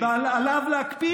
להקפיד